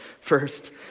first